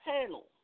panel